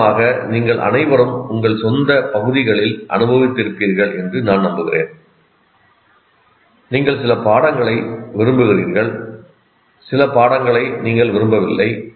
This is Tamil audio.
உதாரணமாக நீங்கள் அனைவரும் உங்கள் சொந்த பகுதிகளில் அனுபவித்திருப்பீர்கள் என்று நான் நம்புகிறேன் நீங்கள் சில பாடங்களை விரும்புகிறீர்கள் சில பாடங்களை நீங்கள் விரும்பவில்லை